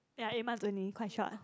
ya eight marks only quite short